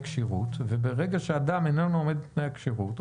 כשירות וברגע שאדם אינו עומד בתנאי הכשירות,